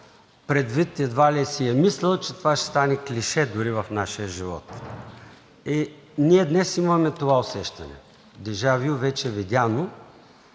предвид, едва ли си е мислил, че това ще стане клише дори в нашия живот. И ние днес имаме това усещане дежавю – вече видяно.